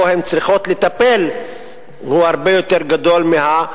מבחינת מספר מיטות לנפש, או ל-1,000